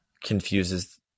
confuses